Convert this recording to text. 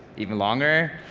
even longer?